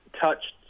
touched